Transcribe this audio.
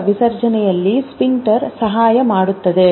ಮೂತ್ರ ವಿಸರ್ಜನೆಯಲ್ಲಿ ಸ್ಪಿಂಕ್ಟರ್ ಸಹಾಯ ಮಾಡುತ್ತದೆ